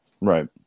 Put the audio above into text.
Right